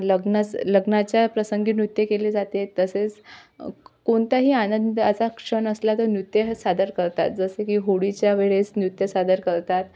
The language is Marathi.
लग्नास लग्नाच्या प्रसंगी नृत्य केले जाते तसेच कोणताही आनंदाचा क्षण असला तर नृत्य हे सादर करतात जसे की होळीच्यावेळेस नृत्य सादर करतात